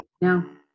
No